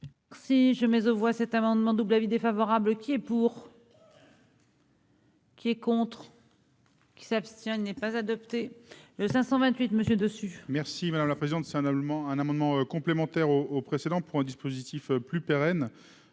Si je mets aux voix cet amendement double avis défavorable qui est pour. Qui est contre. Qui s'abstient n'est pas adopté le 528 Monsieur dessus. Merci madame la présidente de c'est un abonnement, un amendement complémentaire au au précédent pour un dispositif plus pérenne,